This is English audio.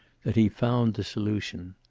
that he found the solution.